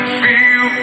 feel